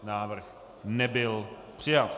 Návrh nebyl přijat.